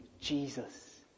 Jesus